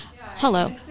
Hello